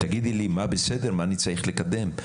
תגידי לי מה בסדר מה אני צריך לקדם.